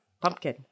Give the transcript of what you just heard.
Pumpkin